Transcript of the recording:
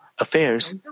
Affairs